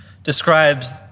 describes